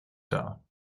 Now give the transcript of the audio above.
dar